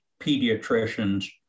pediatricians